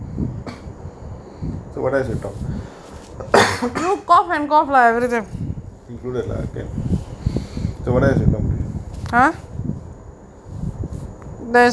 so what are you should talk included lah can what are you should comd~